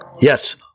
yes